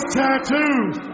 tattoos